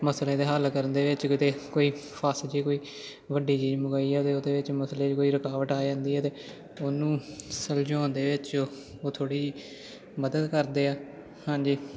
ਮਸਲੇ ਦੇ ਹੱਲ ਕਰਨ ਦੇ ਵਿੱਚ ਕਿਤੇ ਕੋਈ ਫ਼ਸ ਜੇ ਕੋਈ ਵੱਡੀ ਚੀਜ਼ ਮੰਗਵਾਈ ਹੈ ਅਤੇ ਉਹਦੇ ਮਸਲੇ 'ਚ ਕੋਈ ਰੁਕਾਵਟ ਆ ਜਾਂਦੀ ਆ ਤਾਂ ਉਹਨੂੰ ਸੁਲਝਾਉਣ ਦੇ ਵਿੱਚ ਉਹ ਥੋੜ੍ਹੀ ਮਦਦ ਕਰਦੇ ਆ ਹਾਂ ਜੀ